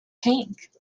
pink